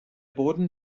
boden